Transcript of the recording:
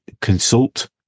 consult